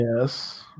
Yes